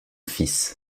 fils